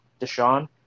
Deshaun